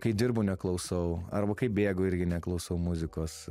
kai dirbu neklausau arba kai bėgu irgi neklausau muzikos